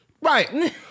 Right